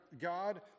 god